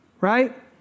right